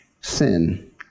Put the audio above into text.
sin